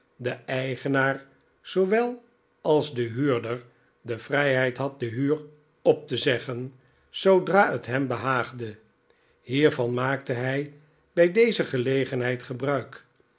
de eigenaar zoowel als de huurder de vrijheid had de huur op te zeggen zoodra het hem behaagde hiervan maakte hij bij deze gelegenheid gebruik